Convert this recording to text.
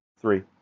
Three